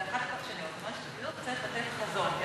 צריך לתת חזון,